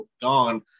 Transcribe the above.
gone